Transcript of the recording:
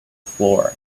floor